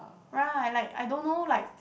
right like I don't know like